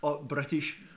British